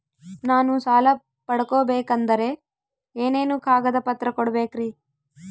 ನಾನು ಸಾಲ ಪಡಕೋಬೇಕಂದರೆ ಏನೇನು ಕಾಗದ ಪತ್ರ ಕೋಡಬೇಕ್ರಿ?